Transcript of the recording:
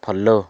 follow